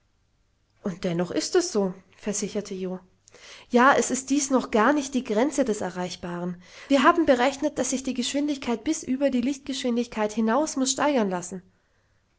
und dennoch ist es so versicherte jo ja es ist dies noch gar nicht die grenze des erreichbaren wir haben berechnet daß sich die geschwindigkeit bis über die lichtgeschwindigkeit hinaus muß steigern lassen